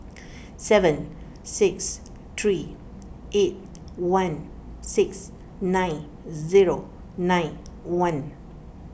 seven six three eight one six nine zero nine one